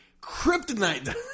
kryptonite